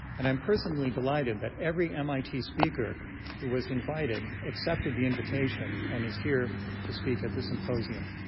and i'm personally delighted that every mit speaker who was invited accepted the invitation and is here to speak at the symposium.